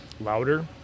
louder